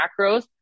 macros